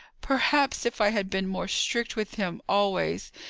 perhaps, if i had been more strict with him always,